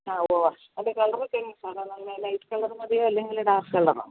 ആ ഓ അത് കളർ സെയിം സാറെ നല്ല ലൈറ്റ് കളർ മതിയോ അല്ലെങ്കിൽ ഡാർക്ക് കളറോ